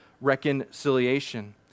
reconciliation